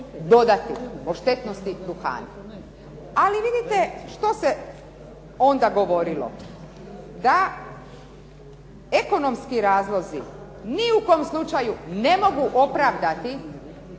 dodati o štetnosti duhana. Ali vidite, što se onda govorilo? Da ekonomski razlozi ni u kom slučaju ne mogu opravdati